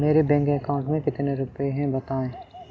मेरे bank account में कितने रुपए हैं बताएँ?